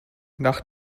nach